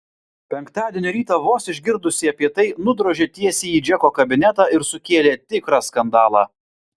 penktadienio rytą vos išgirdusi apie tai nudrožė tiesiai į džeko kabinetą ir sukėlė tikrą skandalą